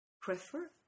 prefer